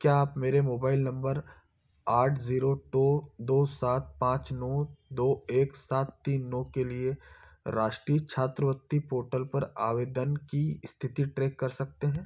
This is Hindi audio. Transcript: क्या आप मेरे मोबाइल नम्बर आठ ज़ीरो दो दो सात पाँच नौ दो एक सात तीन नौ के लिए राष्ट्रीय छात्रवत्ति पोर्टल पर आवेदन की स्थिति ट्रैक कर सकते हैं